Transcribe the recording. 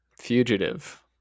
Fugitive